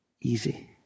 easy